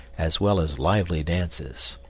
as well as lively dances.